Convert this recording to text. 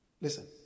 Listen